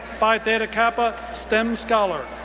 phi theta kappa, stem scholar.